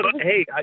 Hey